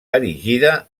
erigida